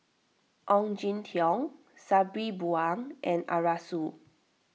Ong Jin Teong Sabri Buang and Arasu